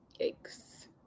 Yikes